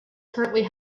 currently